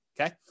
okay